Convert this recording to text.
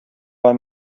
bei